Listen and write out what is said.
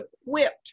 equipped